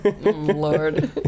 lord